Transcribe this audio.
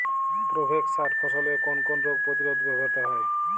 Provex সার ফসলের কোন কোন রোগ প্রতিরোধে ব্যবহৃত হয়?